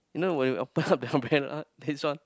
no when we open up the umbrella this one